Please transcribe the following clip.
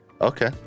Okay